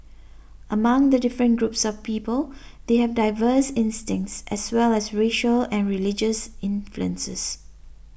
among the different groups of people they have diverse instincts as well as racial and religious influences